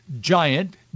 giant